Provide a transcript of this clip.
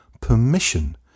permission